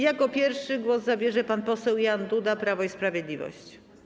Jako pierwszy głos zabierze pan poseł Jan Duda, Prawo i Sprawiedliwość.